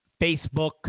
Facebook